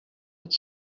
its